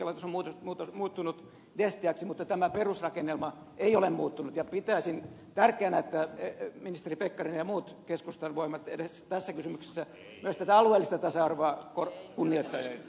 sittemmin tieliikelaitos on muuttunut destiaksi mutta tämä perusrakennelma ei ole muuttunut ja pitäisin tärkeänä että ministeri pekkarinen ja muut keskustan voimat edes tässä kysymyksessä myös tätä alueellista tasa arvoa kunnioittaisivat